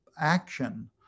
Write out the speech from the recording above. action